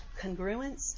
congruence